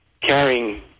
carrying